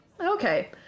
Okay